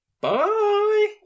Bye